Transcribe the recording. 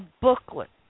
booklet